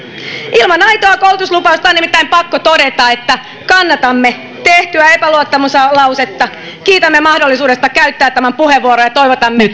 ilman aitoa koulutuslupausta on nimittäin pakko todeta että kannatamme tehtyä epäluottamuslausetta kiitämme mahdollisuudesta käyttää tämä puheenvuoro ja toivotamme